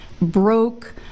broke